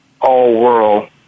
all-world